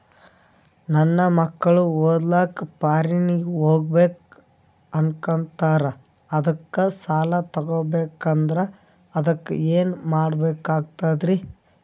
ನನ್ನ ಮಕ್ಕಳು ಓದ್ಲಕ್ಕ ಫಾರಿನ್ನಿಗೆ ಹೋಗ್ಬಕ ಅನ್ನಕತ್ತರ, ಅದಕ್ಕ ಸಾಲ ತೊಗೊಬಕಂದ್ರ ಅದಕ್ಕ ಏನ್ ಕೊಡಬೇಕಾಗ್ತದ್ರಿ?